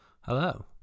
Hello